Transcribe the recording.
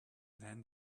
then